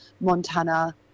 Montana